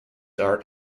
art